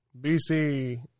BC